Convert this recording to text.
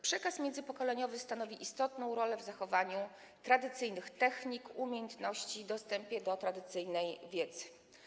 Przekaz międzypokoleniowy odgrywa istotną rolę w zachowaniu tradycyjnych technik, umiejętności, w dostępie do tradycyjnej wiedzy.